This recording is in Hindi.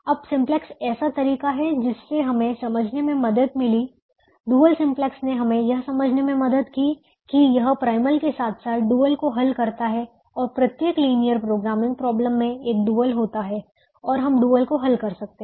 अब सिम्प्लेक्स एक ऐसा तरीका है जिससे हमें समझने में मदद मिली डुअल सिम्प्लेक्स ने हमें यह समझने में मदद की कि यह प्राइमल के साथ साथ डुअल को हल करता है और प्रत्येक लिनियर प्रोग्रामिंग प्रॉब्लम में एक डुअल होता है और हम डुअल को हल कर सकते हैं